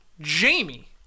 Jamie